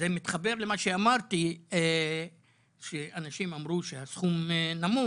זה מתחבר למה שאמרתי שאנשים אמרו שהסכום נמוך.